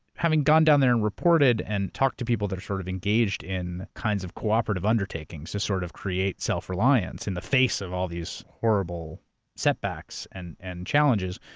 having gone down there and reported and talked to people that are sort of engaged in kinds of cooperative undertakings, just sort of creates self-reliance in the face of all these horrible setbacks and and challenges.